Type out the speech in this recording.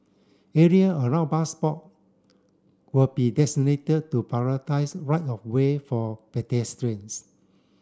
area around bus stop will be designated to prioritise right of way for pedestrians